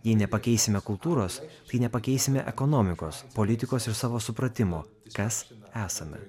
jei nepakeisime kultūros tai nepakeisime ekonomikos politikos ir savo supratimo kas esame